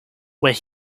where